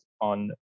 on